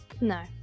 No